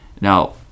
Now